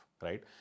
Right